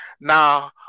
Now